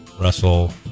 russell